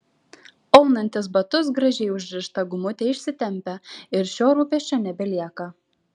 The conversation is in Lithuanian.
aunantis batus gražiai užrišta gumutė išsitempia ir šio rūpesčio nelieka